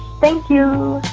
thank you.